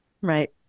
Right